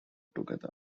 together